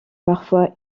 parfois